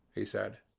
he said.